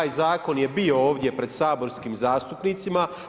Taj zakon je bio ovdje pred saborskim zastupnicima.